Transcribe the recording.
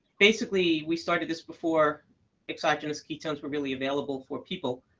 basically, we started this before exogenous ketones were really available for people.